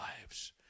lives